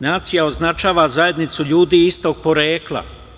Nacija označava zajednicu ljudi istog porekla.